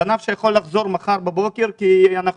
זה ענף שיכול לחזור מחר בבוקר כי אנחנו